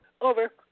Over